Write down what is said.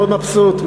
מאוד מבסוט,